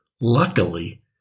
Luckily